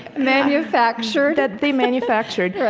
manufactured that they manufactured. yeah